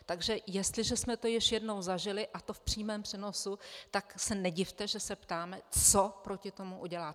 Takže jestliže jsme to již jednou zažili, a to v přímém přenosu, tak se nedivte, že se ptáme, co proti tomu uděláte.